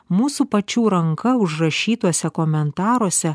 mūsų pačių ranka užrašytuose komentaruose